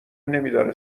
نمیداره